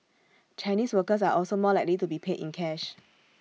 Chinese workers are also more likely to be paid in cash